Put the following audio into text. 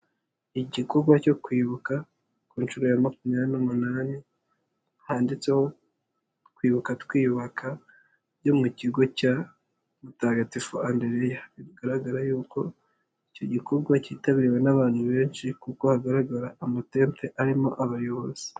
Igikorwa cyo kwibuka ku nshuro ya makumyabiri n'umunani, handitseho twibuka twiyubaka byo mu kigo cya Mutagatifu Andrew, bigaragara yuko icyo gikorwa cyitabiriwe n'abantu benshi kuko hagaragara amatente arimo abayobozi.